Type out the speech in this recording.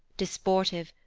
disportive,